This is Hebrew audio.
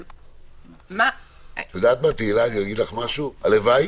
תהלה, הלוואי